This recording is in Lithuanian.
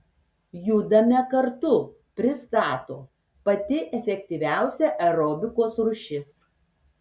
judame kartu pristato pati efektyviausia aerobikos rūšis